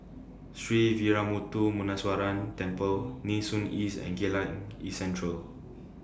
Sree Veeramuthu Muneeswaran Temple Nee Soon East and Geylang East Central